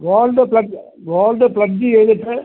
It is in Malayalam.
ഗോൾ പ്ലഗ് ഗോൾഡ് പ്ലഗ് ചെയ്തിട്ട്